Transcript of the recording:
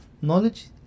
Knowledge